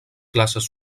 classes